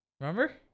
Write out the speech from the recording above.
Remember